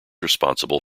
responsible